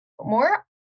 more